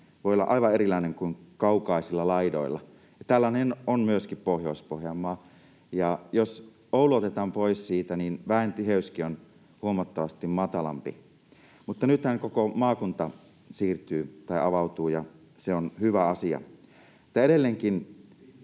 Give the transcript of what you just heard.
voi olla aivan erilainen kuin kaukaisilla laidoilla, ja tällainen on myöskin Pohjois-Pohjanmaa, ja jos Oulu otetaan pois siitä, niin väentiheyskin on huomattavasti matalampi. Mutta nythän koko maakunta siirtyy tai avautuu, ja se on hyvä asia.